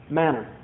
manner